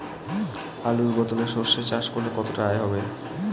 আলুর বদলে সরষে চাষ করলে কতটা আয় হবে?